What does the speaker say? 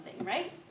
right